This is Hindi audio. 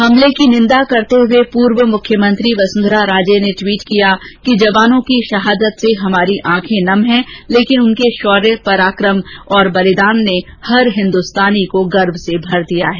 हमले को निंदा करते हुए पूर्व मुख्यमंत्री वसुंधरा राजे ने टवीट किया कि जवानों की शहादत से हमारी आंखे नम हैं लेकिन उनके शौर्य पराकम तथा बलिदान ने हर हिंदुस्तानी को गर्व से भर दिया है